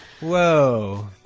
Whoa